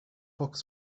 fox